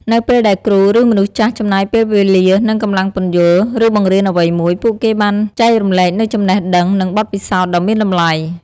នៅពេលដែលគ្រូ ឬមនុស្សចាស់ចំណាយពេលវេលា និងកម្លាំងពន្យល់ ឬបង្រៀនអ្វីមួយ ពួកគេបានចែករំលែកនូវចំណេះដឹង និងបទពិសោធន៍ដ៏មានតម្លៃ។